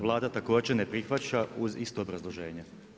Vlada također ne prihvaća uz isto obrazloženje.